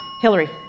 Hillary